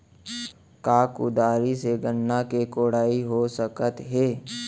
का कुदारी से गन्ना के कोड़ाई हो सकत हे?